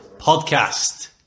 podcast